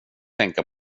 tänka